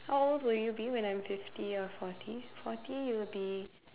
how old would you be when I'm fifty or forty forty you'll be